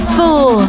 four